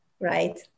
right